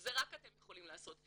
וזה רק אתם יכולים לעשות,